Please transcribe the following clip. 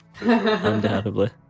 Undoubtedly